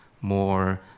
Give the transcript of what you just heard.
more